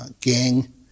gang